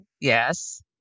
yes